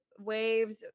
waves